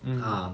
um